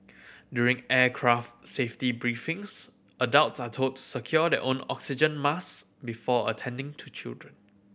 during aircraft safety briefings adults are told to secure their own oxygen mask before attending to children